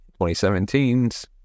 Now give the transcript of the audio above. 2017's